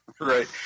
Right